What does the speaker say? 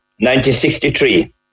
1963